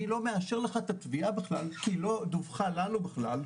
אני לא מאשר לך את התביעה כי היא לא דווחה לנו בכלל,